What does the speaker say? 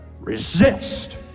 Resist